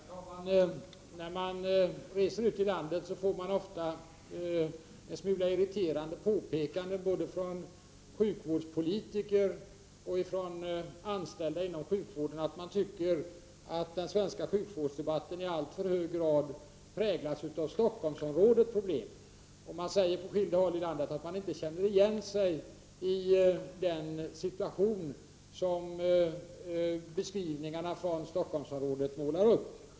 Herr talman! När man reser ut i landet får man ofta en smula irriterade påpekanden både från sjukvårdspolitiker och från anställda inom sjukvården om att de tycker att den svenska sjukvårdsdebatten i alltför hög grad präglas av problemen inom Stockholmsområdet. På skilda håll i landet säger man att man inte känner igen sig i den situation som beskrivningarna från Stockholmsområdet målar upp.